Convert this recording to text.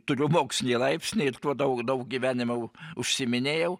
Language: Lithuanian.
turiu mokslinį laipsnį ir tuo daug daug gyvenimo užsiiminėjau